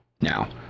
now